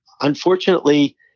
unfortunately